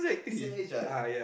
same age what